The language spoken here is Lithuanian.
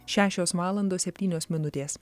šešios valandos septynios minutės